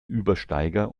übersteiger